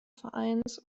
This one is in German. vereins